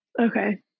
Okay